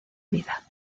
vida